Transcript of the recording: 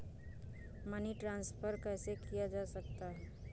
Money transfer कैसे किया जा सकता है?